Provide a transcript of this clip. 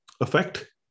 effect